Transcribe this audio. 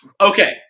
Okay